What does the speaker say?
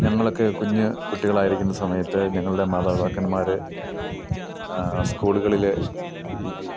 ഞങ്ങൾ ഒക്കെ കുഞ്ഞ് കുട്ടികളായിരിക്കുന്ന സമയത്ത് ഞങ്ങളുടെ മാതാപിതാക്കന്മാർ സ്കൂളുകളിൽ ഈ